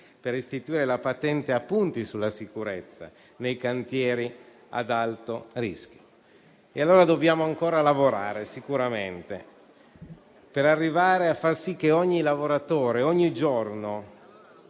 per istituire la patente a punti sulla sicurezza nei cantieri ad alto rischio. Dobbiamo ancora lavorare per arrivare a far sì che ogni lavoratore, ogni giorno,